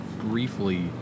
briefly